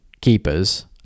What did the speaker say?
keepers